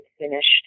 finished